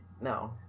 No